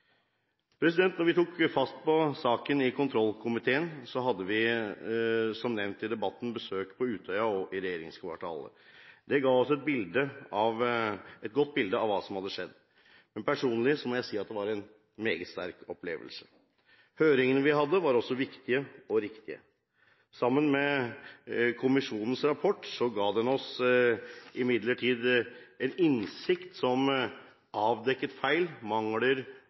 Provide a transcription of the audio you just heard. vi tok fatt på saken i kontrollkomiteen, hadde vi – som nevnt i debatten – et besøk på Utøya og i regjeringskvartalet. Det ga oss et godt bilde av hva som hadde skjedd, men personlig må jeg si at det var en meget sterk opplevelse. Høringene vi hadde, var også viktige – og riktige. Sammen med kommisjonens rapport ga de oss imidlertid en innsikt som avdekket feil, mangler